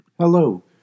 Hello